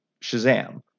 Shazam